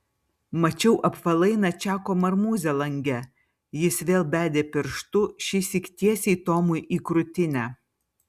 mačiau apvalainą čako marmūzę lange jis vėl bedė pirštu šįsyk tiesiai tomui į krūtinę